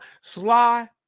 Sly